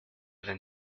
wenn